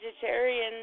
vegetarian